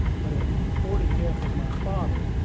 but at the reported death of my father,